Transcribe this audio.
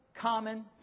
common